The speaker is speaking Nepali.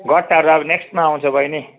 गट्टाहरू अब नेक्स्टमा आउँछ बैनी